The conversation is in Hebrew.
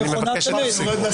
מבקש שתפסיקו.